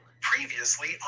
Previously